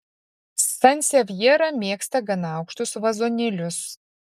sansevjera mėgsta gana aukštus vazonėlius